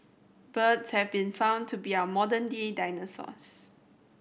birds have been found to be our modern day dinosaurs